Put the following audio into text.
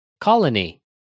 Colony